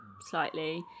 slightly